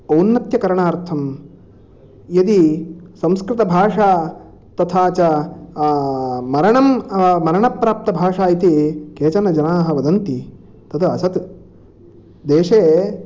औन्नत्यकरणार्थं यदि संस्कृतभाषा तथा च मरणं मरणप्राप्तभाषा इति केचन जनाः वदन्ति तद् असत् देशे